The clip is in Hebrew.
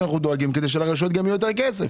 גם כדי שלרשויות יהיה יותר כסף.